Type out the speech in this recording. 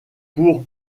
pour